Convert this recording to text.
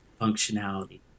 functionality